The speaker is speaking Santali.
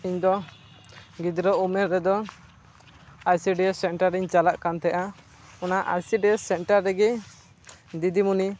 ᱤᱧ ᱫᱚ ᱜᱤᱫᱽᱨᱟᱹ ᱩᱢᱮᱨ ᱨᱮᱫᱚ ᱟᱭᱥᱤᱰᱤᱮᱥ ᱥᱮᱱᱴᱟᱨᱤᱧ ᱪᱟᱞᱟᱜ ᱠᱟᱱ ᱛᱟᱦᱮᱸᱱᱟ ᱚᱱᱟ ᱟᱭᱥᱤᱰᱤᱭᱮᱥ ᱥᱮᱱᱴᱟᱨ ᱨᱮᱜᱮ ᱫᱤᱫᱤ ᱢᱚᱱᱤ